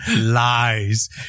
Lies